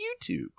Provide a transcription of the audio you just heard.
YouTube